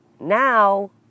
now